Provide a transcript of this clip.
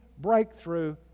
breakthrough